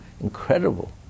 incredible